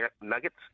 Nuggets